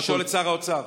לשאול את שר האוצר.